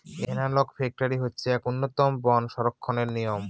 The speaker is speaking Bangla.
এনালগ ফরেষ্ট্রী হচ্ছে এক উন্নতম বন সংরক্ষণের নিয়ম